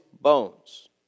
bones